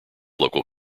local